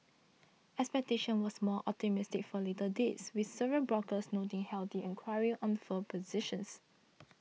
expectation was more optimistic for later dates with several brokers noting healthy enquiry on forward positions